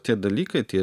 tie dalykai tie